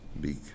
big